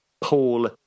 Paul